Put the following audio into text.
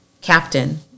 Captain